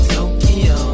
Tokyo